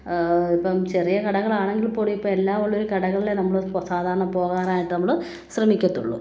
ഇപ്പം ചെറിയ കടകളാണെങ്കിൽ കൂടി ഇപ്പം എല്ലാം ഉള്ള ഒരു കടകളിലെ നമ്മളിപ്പം സാധാരണ പോവാറായിട്ട് നമ്മൾ ശ്രമിക്കത്തുള്ളൂ